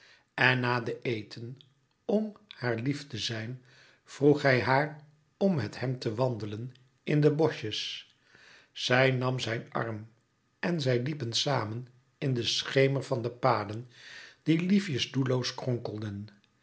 en na den eten om haar lief te zijn vroeg hij haar om met hem te wandelen in de boschjes zij nam zijn arm en zij liepen samen in den schemer van de louis couperus metamorfoze paden die liefjes doelloos kronkelden